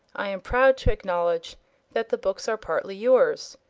i am proud to acknowledge that the books are partly yours,